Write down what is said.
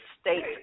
state